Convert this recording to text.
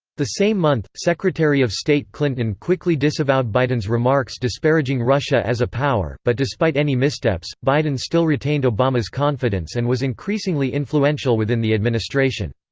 the same month, secretary of state clinton quickly disavowed biden's remarks disparaging russia as a power, but despite any missteps, biden still retained obama's confidence and was increasingly influential within the administration.